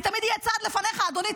אני תמיד אהיה צעד לפניך, אדוני.